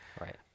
right